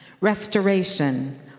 restoration